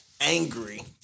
angry